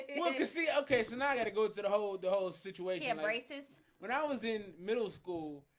you know you see? okay. so now i gotta go to the whole the whole situation embraces when i was in middle school.